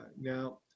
Now